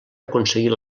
aconseguir